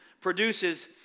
produces